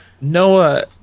Noah